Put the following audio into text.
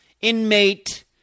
inmate